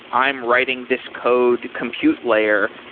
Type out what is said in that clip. i am writing this code compute layer,